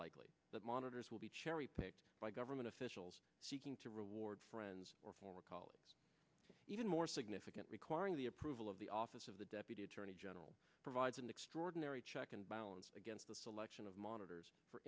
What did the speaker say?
likely that monitors will be cherry picked by government officials seeking to reward friends or for college even more significant requiring the approval of the office of the deputy attorney general provides an extraordinary check and balance against the selection of monitors for